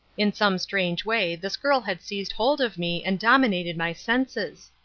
in some strange way this girl had seized hold of me and dominated my senses.